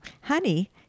Honey